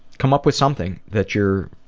come up with something, that you're